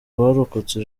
abarokotse